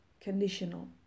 conditional